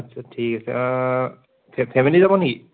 আচ্ছা ঠিক আছে ফে ফেমিলি যাব নেকি